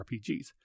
RPGs